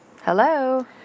Hello